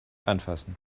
anfassen